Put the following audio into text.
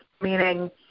meaning